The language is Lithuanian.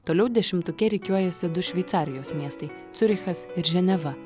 toliau dešimtuke rikiuojasi du šveicarijos miestai ciurichas ir ženeva